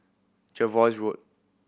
Jervois Road